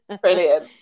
brilliant